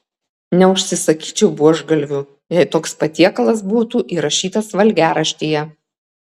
neužsisakyčiau buožgalvių jei toks patiekalas būtų įrašytas valgiaraštyje